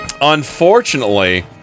Unfortunately